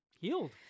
healed